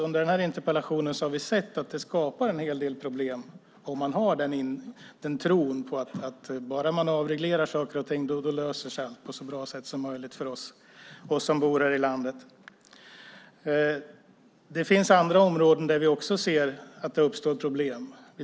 Under denna interpellationsdebatt har vi sett att det skapar en hel del problem om man har en tro på att om man bara avreglerar saker och ting löser sig allt på ett så bra sätt som möjligt för oss som bor här i landet. Det finns andra områden där vi också ser att det uppstår problem.